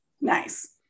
nice